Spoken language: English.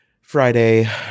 Friday